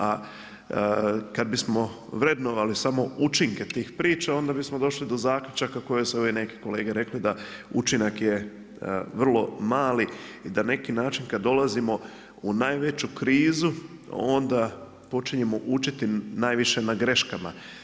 A kad bismo vrednovali samo učinke tih priča, onda bismo došli do zaključka koji su ove neki kolege rekli, da učinak je vrlo mali i da neki način, kad dolazimo u najveću krizu, onda počinjemo učiti najviše na greškama.